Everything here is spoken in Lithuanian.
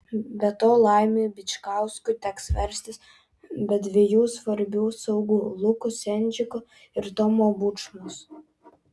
be to laimiui bičkauskui teks verstis be dviejų svarbių saugų luko sendžiko ir tomo bučmos